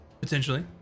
Potentially